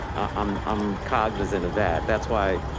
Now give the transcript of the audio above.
um i'm cognizant of that. that's why.